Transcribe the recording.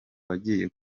wagiye